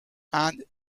and